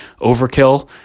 overkill